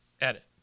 Edit